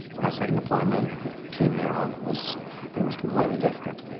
my second deployment with team merrill was pretty much completely different.